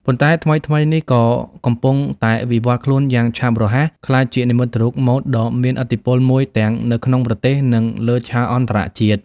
ប៉ុន្តែថ្មីៗនេះ ក៏កំពុងតែវិវត្តន៍ខ្លួនយ៉ាងឆាប់រហ័សក្លាយជានិមិត្តរូបម៉ូដដ៏មានឥទ្ធិពលមួយទាំងនៅក្នុងប្រទេស និងលើឆាកអន្តរជាតិ។